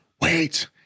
Wait